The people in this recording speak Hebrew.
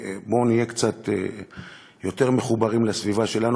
בואו נהיה קצת יותר מחוברים לסביבה שלנו,